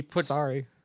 Sorry